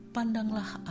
Pandanglah